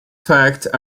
fact